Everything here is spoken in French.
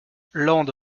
lande